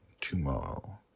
tomorrow